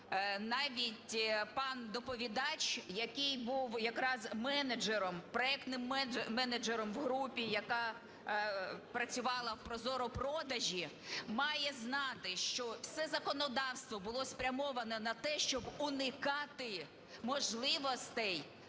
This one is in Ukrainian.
навіть пан доповідач, який був якраз менеджером, проектним менеджером в групі, яка працювали в ProZorro.Продажі, має знати, що все законодавство було спрямовано на те, щоб уникати можливостей,